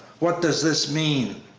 what does this mean?